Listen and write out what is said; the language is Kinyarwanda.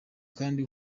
kandi